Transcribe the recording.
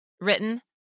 Written